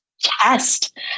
test